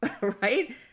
right